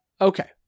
Okay